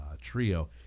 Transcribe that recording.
trio